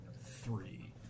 Three